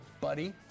buddy